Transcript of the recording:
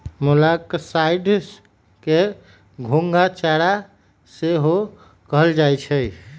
मोलॉक्साइड्स के घोंघा चारा सेहो कहल जाइ छइ